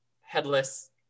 headless